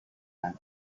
man